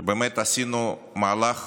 באמת, עשינו מהלך